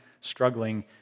struggling